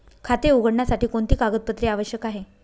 खाते उघडण्यासाठी कोणती कागदपत्रे आवश्यक आहे?